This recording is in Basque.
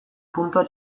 punta